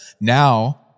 Now